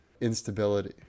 instability